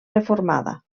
reformada